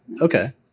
Okay